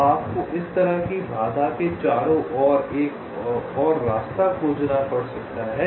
तो आपको इस तरह की बाधा के चारों ओर एक रास्ता खोजना पड़ सकता है